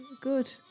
Good